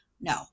No